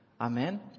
Amen